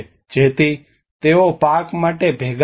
જેથી તેઓ પાક માટે ભેગા થાય